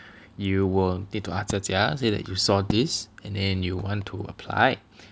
you will need to ask Jia Jia say that you saw this and then you want to apply